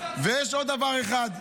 ויש עוד דבר אחד,